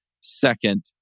second